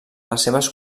les